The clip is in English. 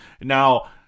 Now